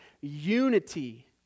unity